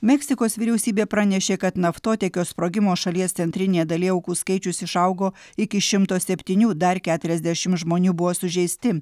meksikos vyriausybė pranešė kad naftotiekio sprogimo šalies centrinėje dalyje aukų skaičius išaugo iki šimto septynių dar keturiasdešim žmonių buvo sužeisti